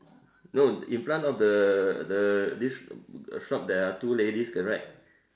no in front of the the this uh shop there are two ladies correct